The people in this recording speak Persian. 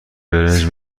برنج